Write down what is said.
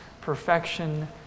perfection